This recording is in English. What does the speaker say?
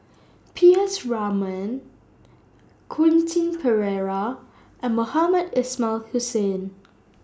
P S Raman Quentin Pereira and Mohamed Ismail Hussain